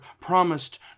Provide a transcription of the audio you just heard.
promised